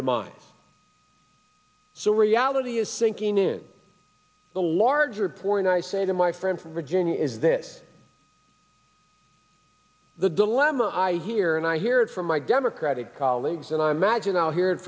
demise so reality is sinking in the larger poor and i say to my friend from virginia is that the dilemma i hear and i hear it from my democratic colleagues and i imagine i'll hear